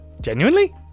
Genuinely